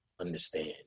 Understand